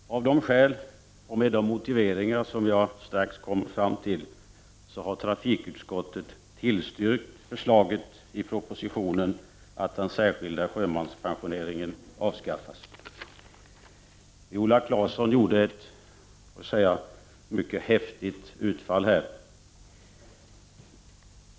Herr talman! Av de skäl och med de motiveringar som jag strax kommer till har trafikutskottet tillstyrkt förslaget i propositionen att den särskilda sjömanspensioneringen avskaffas. Viola Claesson gjorde ett mycket häftigt utfall.